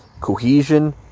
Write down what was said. Cohesion